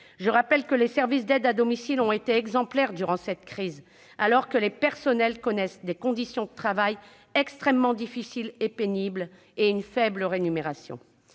Je rappelle que les services d'aide à domicile ont été exemplaires durant cette crise, alors que les personnels connaissent des conditions de travail extrêmement difficiles et pénibles ainsi qu'une faible rémunération.